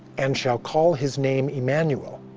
and shall call his name emmanuel.